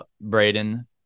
Braden